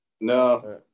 No